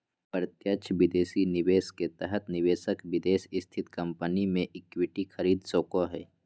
प्रत्यक्ष विदेशी निवेश के तहत निवेशक विदेश स्थित कम्पनी मे इक्विटी खरीद सको हय